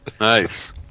Nice